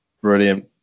Brilliant